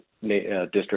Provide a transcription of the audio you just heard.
district